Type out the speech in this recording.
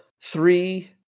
three